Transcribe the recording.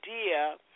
idea